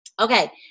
Okay